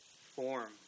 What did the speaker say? form